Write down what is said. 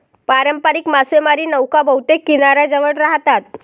पारंपारिक मासेमारी नौका बहुतेक किनाऱ्याजवळ राहतात